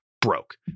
broke